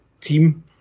team